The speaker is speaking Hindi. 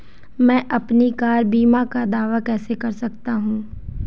मैं अपनी कार बीमा का दावा कैसे कर सकता हूं?